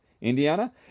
Indiana